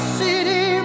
city